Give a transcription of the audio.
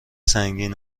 سنگین